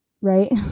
right